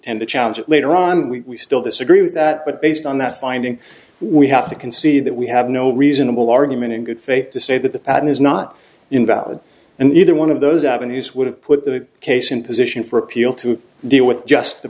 tend to challenge it later on we still disagree with that but based on that finding we have to concede that we have no reasonable argument in good faith to say that the patent is not invalid and either one of those avenues would have put the case in position for appeal to deal with just the